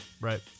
Right